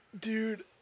Dude